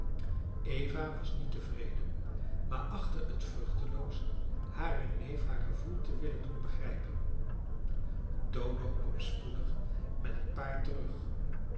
eva was niet tevreden maar achtte het vruchteloos haren neef haar gevoel te willen doen begrijpen dodo kwam spoedig met het paard terug